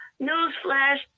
newsflash